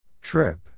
Trip